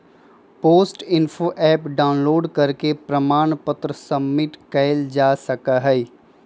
post info app download करके प्रमाण पत्र सबमिट कइल जा सका हई